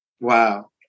Wow